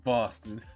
Boston